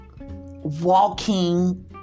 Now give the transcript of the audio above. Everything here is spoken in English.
walking